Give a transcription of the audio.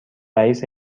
رئیس